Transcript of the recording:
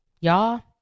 Y'all